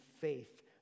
faith